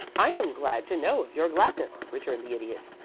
i am glad to know of your gladness, returned the idiot.